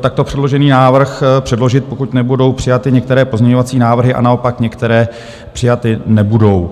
takto předložený návrh předložit , pokud nebudou přijaty některé pozměňovací návrhy a naopak některé přijaty nebudou.